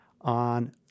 on